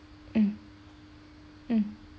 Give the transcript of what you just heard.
mm mm